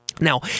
Now